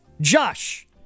Josh